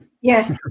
yes